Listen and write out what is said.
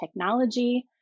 technology